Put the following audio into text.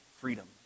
freedom